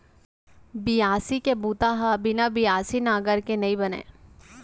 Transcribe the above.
बियासी के बूता ह बिना बियासी नांगर के नइ बनय